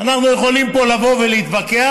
אנחנו יכולים פה לבוא ולהתווכח,